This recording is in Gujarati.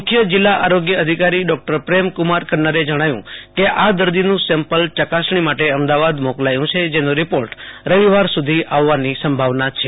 મુખ્ય જીલ્લા આરોગ્ય અધિકારી ડોક્ટર પ્રેમકુમાર કન્નરે જણાવ્યુ કે આ દર્દીનું સેમ્પલ ચકાસણી માટે અમદાવાદ મોકલાયુ છે જેનો રિપોર્ટ રવિવાર સુધી આવવાની સંભાવવના છે